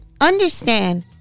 understand